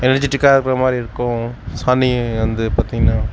எனர்ஜிட்டிக்காக இருக்கிற மாதிரி இருக்கும் சாணி வந்து பார்த்திங்கனா